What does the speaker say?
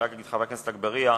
חבר הכנסת אגבאריה,